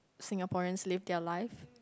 Singaporeans live their life